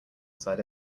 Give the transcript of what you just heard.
side